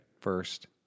first